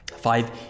Five